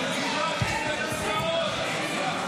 הודעת הממשלה על העברת סמכויות משר הנגב,